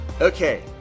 Okay